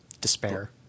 despair